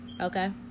okay